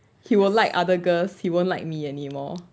he will like other girls he won't like me anymore